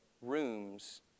rooms